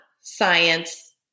science